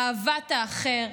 אהבת האחר,